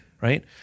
Right